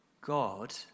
God